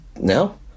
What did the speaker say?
now